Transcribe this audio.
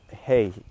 hey